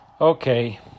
Okay